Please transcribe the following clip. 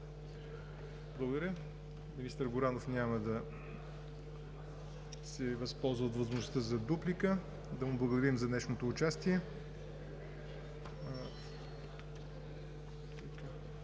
Благодаря. Министър Горанов няма да се възползва от възможността за дуплика. Да му благодарим за днешното участие.